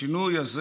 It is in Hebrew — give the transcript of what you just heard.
השינוי הזה